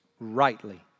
rightly